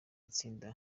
itsinda